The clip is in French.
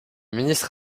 ministre